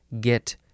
Get